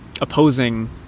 opposing